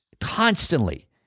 constantly